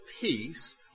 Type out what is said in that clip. peace